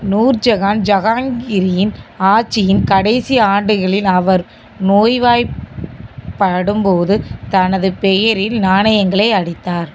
நூர்ஜஹான் ஜஹாங்கீரின் ஆட்சியின் கடைசி ஆண்டுகளில் அவர் நோய்வாய்ப்படும் போது தனது பெயரில் நாணயங்களை அடித்தார்